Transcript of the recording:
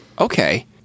Okay